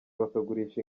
bakagurisha